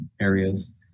areas